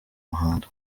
umuhanda